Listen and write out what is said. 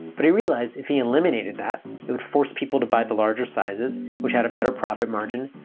but he realized if he eliminated, that would force people to buy the larger sizes, which had a better profit margin.